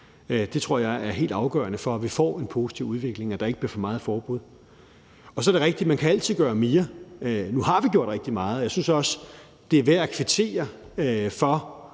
Det tror jeg er helt afgørende for, at vi får en positiv udvikling, altså at der ikke bliver for meget forbud. Så er det rigtigt, at man altid kan gøre mere. Nu har vi gjort rigtig meget, og jeg synes også, det er værd at kvittere for